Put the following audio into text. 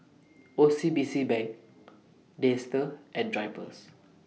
O C B C Bank Dester and Drypers